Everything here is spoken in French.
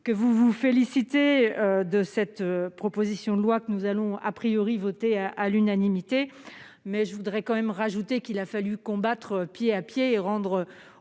que vous vous félicitez de cette proposition de loi que nous allons à priori voté à l'unanimité, mais je voudrais quand même rajouter qu'il a fallu combattre pied à pied et rendre